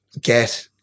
get